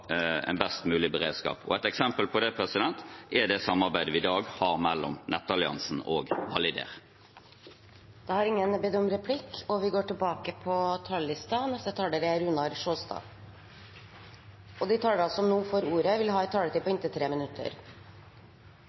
best mulig beredskap. Et eksempel på det er samarbeidet vi i dag har mellom Nettalliansen og Validér. Ingen har bedt om ordet til replikk. De talere som heretter får ordet, har en taletid på inntil 3 minutter. Som jeg sa tidligere, synes jeg Reiten-utvalget gjorde en god og grundig jobb. De pekte på